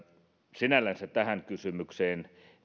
sinällänsä tähän kysymykseen